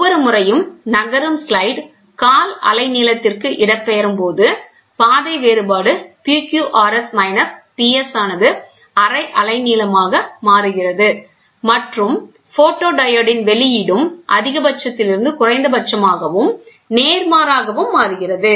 ஒவ்வொரு முறையும் நகரும் ஸ்லைடு கால் அலை நீளத்திற்கு இடம்பெயரும்போது பாதை வேறுபாடு PQRS மைனஸ் PS ஆனது அரை அலைநீளமாக மாறுகிறது மற்றும் போட்டோடியோடின் வெளியீடும் அதிகபட்சத்திலிருந்து குறைந்தபட்சமாகவும் நேர்மாறாகவும் மாறுகிறது